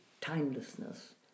timelessness